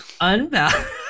Unbalanced